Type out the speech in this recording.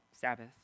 Sabbath